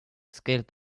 scaled